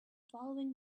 following